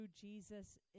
Jesus